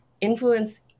influence